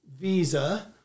visa